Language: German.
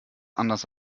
anders